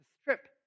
strip